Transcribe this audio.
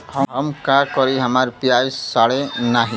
हम का करी हमार प्याज सड़ें नाही?